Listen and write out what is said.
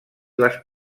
les